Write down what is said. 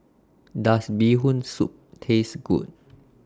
Does Bee Hoon Soup Taste Good